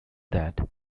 that